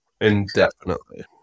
Indefinitely